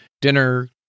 dinner